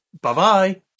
bye-bye